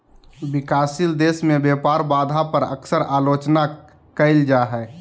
विकासशील देश में व्यापार बाधा पर अक्सर आलोचना कइल जा हइ